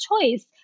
choice